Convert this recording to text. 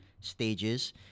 stages